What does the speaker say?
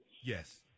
Yes